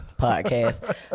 podcast